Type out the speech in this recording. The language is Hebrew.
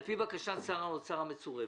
על פי בקשת שר האוצר המצורפת,